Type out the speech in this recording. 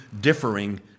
differing